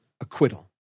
acquittal